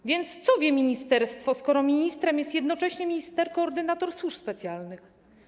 A więc co wie ministerstwo, skoro ministrem jest jednocześnie minister koordynator służb specjalnych?